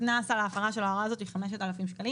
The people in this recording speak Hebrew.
הקנס על הפרה של ההוראה הזאת הוא 5,000 שקלים.